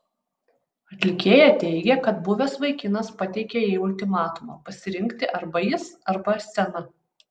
atlikėja teigė kad buvęs vaikinas pateikė jai ultimatumą pasirinkti arba jis arba scena